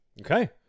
Okay